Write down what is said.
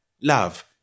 Love